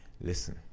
listen